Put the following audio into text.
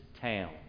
town